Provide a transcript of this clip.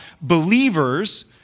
believers